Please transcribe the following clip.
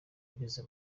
ugeze